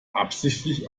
absichtlich